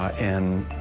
and.